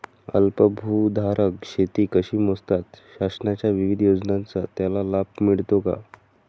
अल्पभूधारक शेती कशी मोजतात? शासनाच्या विविध योजनांचा त्याला लाभ मिळतो का?